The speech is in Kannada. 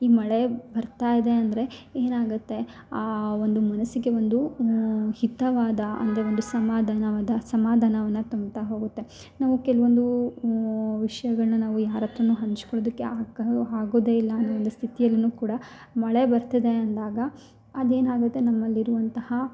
ಈಗ ಮಳೆ ಬರ್ತಾಯಿದೆ ಅಂದರೆ ಏನಾಗುತ್ತೆ ಆ ಒಂದು ಮನಸ್ಸಿಗೆ ಒಂದು ಹಿತವಾದ ಅಂದರೆ ಒಂದು ಸಮಾಧಾನವಾದ ಸಮಾಧಾನವನ್ನ ತುಂಬುತ್ತಾ ಹೋಗುತ್ತೆ ನಾವು ಕೆಲವೊಂದು ವಿಷಯಗಳ್ನ ನಾವು ಯಾರ ಹತ್ರನು ಹಂಚ್ಕೊಳ್ಳೋದಕ್ಕೆ ಆಗ ಆಗೋದೆ ಇಲ್ಲ ಅನ್ನೋ ಒಂದು ಸ್ಥಿತಿಯಲ್ಲಿಯೂ ಕೂಡ ಮಳೆ ಬರ್ತಿದೆ ಅಂದಾಗ ಅದು ಏನಾಗುತ್ತೆ ನಮ್ಮಲ್ಲಿ ಇರುವಂತಹ